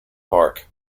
bark